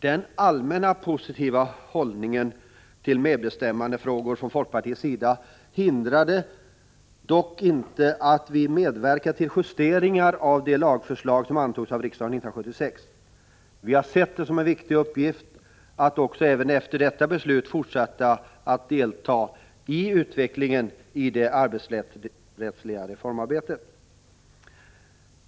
Denna allmänt positiva hållning till medbestämmandefrågor från folkpartiets sida hindrar inte att vi medverkar till justeringar av det lagförslag som antogs av riksdagen 1976. Vi har sett det som en viktig uppgift att även efter detta beslut fortsätta att delta i utvecklingen av arbetsrättsligt reformarbete.